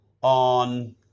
on